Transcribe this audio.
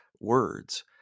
words